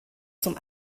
zum